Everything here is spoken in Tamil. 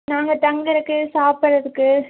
நாங்கள் தங்குறக்கு சாப்பிட்றதுக்கு